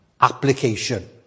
application